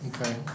okay